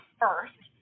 first